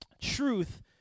Truth